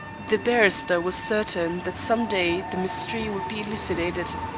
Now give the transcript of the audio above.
the barrister was certain that some day the mystery would be elucidated.